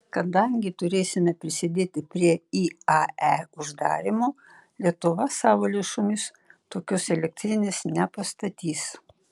kadangi turėsime prisidėti prie iae uždarymo lietuva savo lėšomis tokios elektrinės nepastatys